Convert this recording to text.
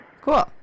cool